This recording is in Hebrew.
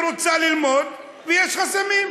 היא רוצה ללמוד, ויש חסמים.